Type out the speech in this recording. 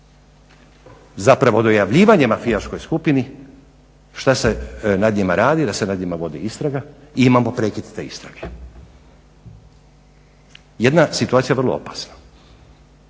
zapravo dojavljivanje mafijaškoj skupini što se nad njima radi, da se nad njima vodi istraga i imamo prekid te istrage. Jedna situacija vrlo opasna,